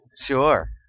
Sure